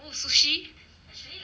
oh sushi